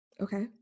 Okay